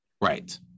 Right